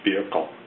vehicle